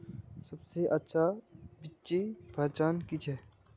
सबसे अच्छा बिच्ची पहचान की छे?